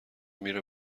میره